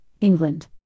England